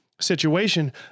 situation